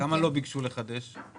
כמה לא ביקשו לחדש?